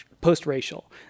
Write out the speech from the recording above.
post-racial